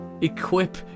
Equip